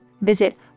Visit